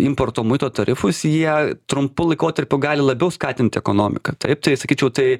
importo muito tarifus jie trumpu laikotarpiu gali labiau skatinti ekonomiką taip tai sakyčiau tai